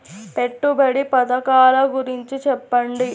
పెట్టుబడి పథకాల గురించి చెప్పండి?